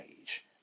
age